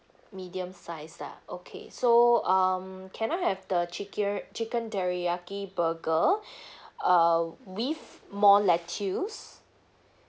medium size ah okay so um can I have the chicke~ chicken teriyaki burger err with more lettuce